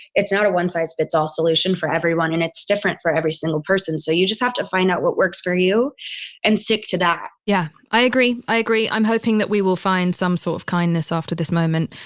it's not a one size fits all solution for everyone and it's different for every single person. so you just have to find out what works for you and stick to that yeah, i agree. i agree. i'm hoping that we will find some sort of kindness after this moment.